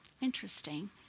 interesting